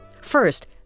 First